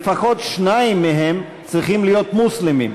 ולפחות שניים מהם צריכים להיות מוסלמים.